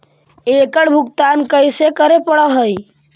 एकड़ भुगतान कैसे करे पड़हई?